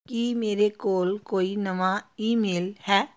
ਕੀ ਮੇਰੇ ਕੋਲ ਕੋਈ ਨਵਾਂ ਈਮੇਲ ਹੈ